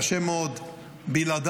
קשה מאוד בלעדיו.